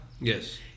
Yes